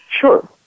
sure